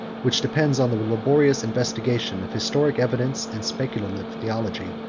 which depends on the laborious investigation of historic evidence and speculative theology.